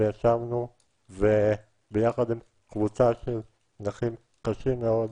ישבנו ויחד עם קבוצה של נכים קשים מאוד,